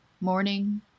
morning